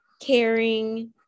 caring